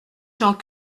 gens